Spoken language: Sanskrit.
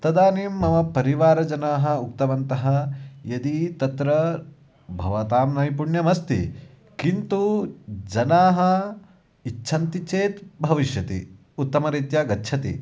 तदानीं मम परिवारजनाः उक्तवन्तः यदि तत्र भवतां नैपुण्यमस्ति किन्तु जनाः इच्छन्ति चेत् भविष्यति उत्तमरीत्यागच्छति